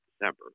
December